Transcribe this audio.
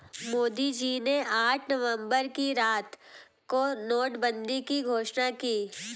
मोदी जी ने आठ नवंबर की रात को नोटबंदी की घोषणा की